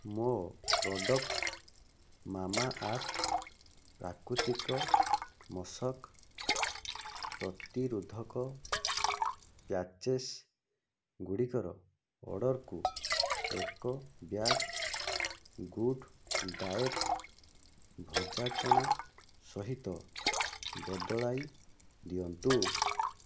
ମୋ product Mamaearth ପ୍ରାକୃତିକ ମଶକ ପ୍ରତିରୋଧକ ପ୍ୟାଚେସ୍ଗୁଡ଼ିକର ଅର୍ଡ଼ର୍କୁ ଏକ ବ୍ୟାଗ୍ ଗୁଡ଼୍ ଡାଏଟ୍ ଭଜା ଚଣା ସହିତ ବଦଳାଇ ଦିଅନ୍ତୁ